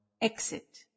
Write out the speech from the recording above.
Exit